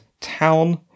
Town